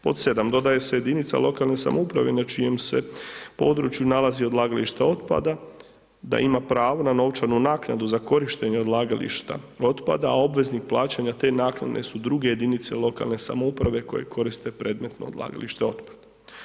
Pod sedam, dodaje se jedinica lokalne samouprave na čijem se području nalazi odlagalište otpada da ima pravo na novčanu naknadu za korištenje odlagališta otpada a da obveznik plaćanja te naknade su druge jedinice lokalne samouprave koje koriste predmetno odlagalište otpada.